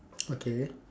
okay